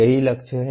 यही लक्ष्य है